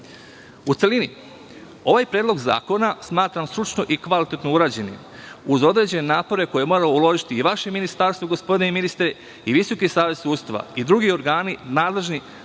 celini, ovaj predlog zakona smatram stručno i kvalitetno urađenim uz određene napore koje je moralo uložiti vaše ministarstvo, gospodine ministre, i Visoki savet sudstva i drugi organi nadležni